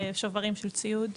שוברים של ציוד,